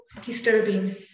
disturbing